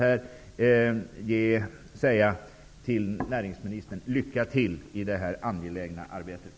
Jag vill till näringsministern säga: Lycka till med det angelägna arbetet!